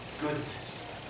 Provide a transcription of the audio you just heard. goodness